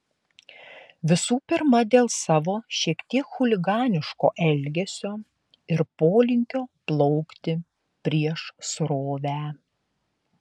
visų pirma dėl savo šiek tiek chuliganiško elgesio ir polinkio plaukti prieš srovę